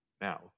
now